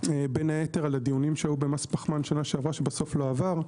בין היתר לדיונים שהיו במס פחמן שנה שעבר שבסוף לא עבר,